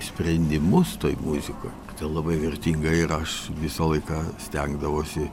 sprendimus toj muzikoj labai vertinga ir aš visą laiką stengdavausi